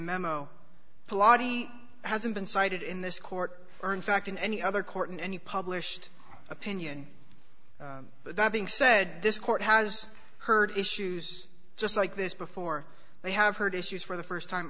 polani hasn't been cited in this court or in fact in any other court in any published opinion but that being said this court has heard issues just like this before they have heard issues for the first time